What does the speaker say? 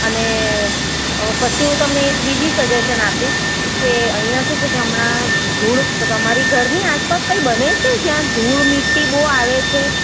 અને પછી હું તમને એક બીજી સજેશન આપીશ કે અહિયાં શું છે કે હમણાં ધૂળ તમારી ઘરની આસપાસ કંઈ બને છે જ્યાં ધૂળ મીટ્ટી બહુ આવે છે